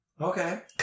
Okay